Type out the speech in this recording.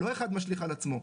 לא אחד משליך על עצמו.